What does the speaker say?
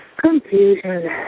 Confusion